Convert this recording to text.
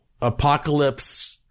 apocalypse